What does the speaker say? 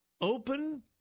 Open